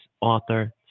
author